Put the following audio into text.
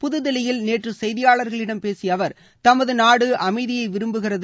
புதுதில்லியில் நேற்று செய்தியாளர்களிடம் பேசிய அவர் தமது நாடு அமைதியை விரும்புகிறது